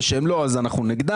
כשהם לא אנחנו נגדם,